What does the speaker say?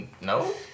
No